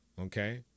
Okay